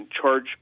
charge